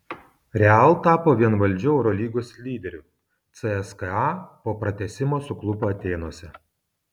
real tapo vienvaldžiu eurolygos lyderiu cska po pratęsimo suklupo atėnuose